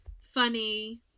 funny